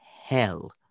hell